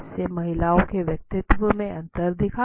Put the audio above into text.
इससे महिलाओं के व्यक्तित्व में अंतर दिखा